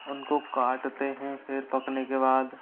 उनको काटते हैं फिर पकने के बाद